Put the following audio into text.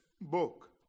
book